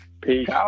Peace